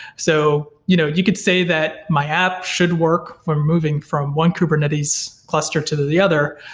so you know you could say that my app should work for moving from one kubernetes cluster to the the other,